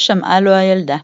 לא שמעה לו הילדה.